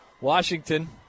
Washington